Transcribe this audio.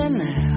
now